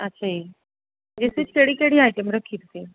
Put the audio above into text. ਅੱਛਾ ਜੀ ਇਸ ਵਿਚ ਕਿਹੜੀ ਕਿਹੜੀ ਆਈਟਮ ਰੱਖੀ ਤੁਸੀਂ